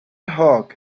hog